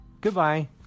Goodbye